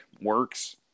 works